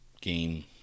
game